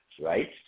right